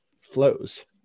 flows